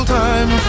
time